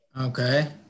Okay